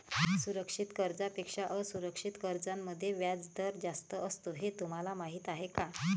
सुरक्षित कर्जांपेक्षा असुरक्षित कर्जांमध्ये व्याजदर जास्त असतो हे तुम्हाला माहीत आहे का?